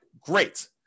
great